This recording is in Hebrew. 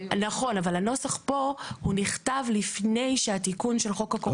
נכון אבל הנוסח כאן נכתב לפני שהתקבל התיקון של חוק הקורונה.